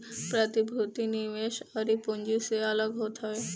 प्रतिभूति निवेश अउरी पूँजी से अलग होत हवे